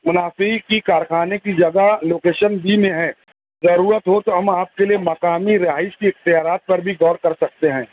منافعے کی کارخانے کی جگہ لوکیشن بی میں ہے ضرورت ہو تو ہم آپ کے لیے مقامی رہائش کی اختیارات پر بھی غور کر سکتے ہیں